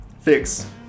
fix